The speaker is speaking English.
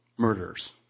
murderers